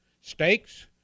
Steaks